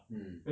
mm